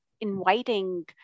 inviting